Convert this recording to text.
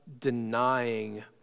denying